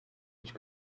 each